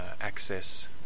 access